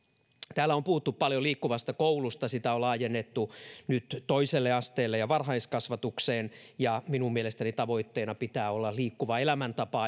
täällä on puhuttu paljon liikkuvasta koulusta sitä on laajennettu nyt toiselle asteelle ja varhaiskasvatukseen minun mielestäni tavoitteena pitää olla liikkuva elämäntapa